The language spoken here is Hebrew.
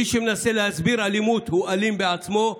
מי שמנסה להסביר אלימות הוא אלים בעצמו,